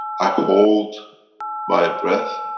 i hold my breath,